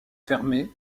fermée